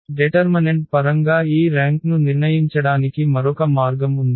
determinant పరంగా ఈ ర్యాంక్ను నిర్ణయించడానికి మరొక మార్గం ఉంది